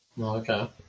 Okay